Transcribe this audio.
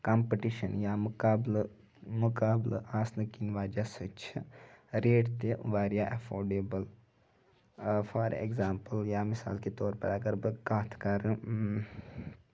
competition یا مُقابلہٕ مُقابلہٕ آسنہٕ کِنۍ وجہہ سۭتۍ چھِ ریٹ تہِ واریاہ ایفٲڈیبٕل فار ایٚکزامپٕل یا مثال کے طور پَر اَگر بہٕ کَتھ کرٕ